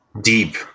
deep